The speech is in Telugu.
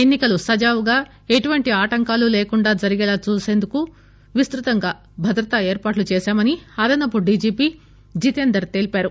ఎన్ని కలు సజావుగా ఎటువంటి ఆటంకాలు లేకుండా జరిగేలా చూసేందుకు విస్తుతంగా భద్రతా ఏర్పాట్లు చేశామని అదనపు డీజీపీ జితేందర్ తెలియజేశారు